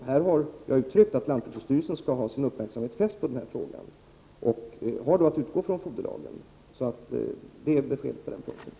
I detta sammanhang har jag uttryckt att lantbruksstyrelsen skall ha sin uppmärksamhet fäst på denna fråga, och den har att utgå ifrån foderlagens bestämmelser. Det är beskedet på den punkten.